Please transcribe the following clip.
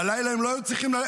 בלילה הם לא היו צריכים ללכת,